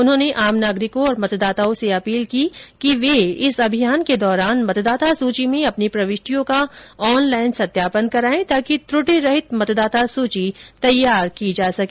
उन्होंने आम नागरिकों और मतदाताओं से अपील की है कि वे इस अभियान के दौरान मतदाता सूची में अपनी प्रविष्टियों का ऑन लाइन सत्यापन कराए ताकि त्रुटि रहित मतदाता सूची तैयार की जा सके